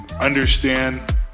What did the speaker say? understand